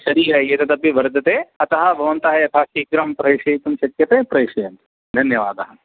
शरीरः एतदपि वर्धते अतः भवन्तः यथाशीघ्रं प्रेषयितुं शक्यते प्रेषयन्तु धन्यवादः